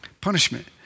punishment